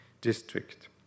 district